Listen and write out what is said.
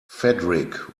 fedric